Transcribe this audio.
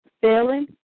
failing